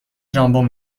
ژامبون